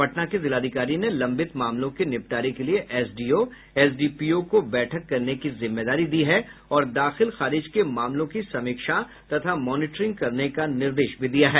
पटना के जिलाधिकारी ने लंबित मामलों के निपटारे के लिए एसडीओ एसडीपीओ को बैठक करने की जिम्मेदारी दी है और दाखिल खारिज के मामलों की समीक्षा तथा मॉनिटरिंग करने का निर्देश भी दिया है